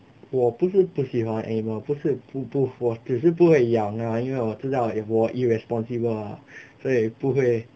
我不是不喜欢 animal 不是不不我只是不会养啊因为我知道 if 我 irresponsible mah 所以不会